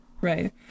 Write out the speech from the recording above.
right